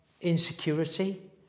insecurity